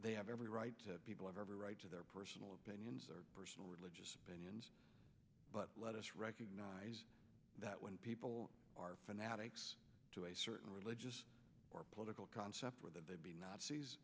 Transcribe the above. they have every right to people have every right to their personal opinions or personal religious opinions but let us recognize that when people are fanatics to a certain religious or political concept where the baby nazis